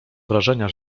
wrażenia